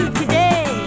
today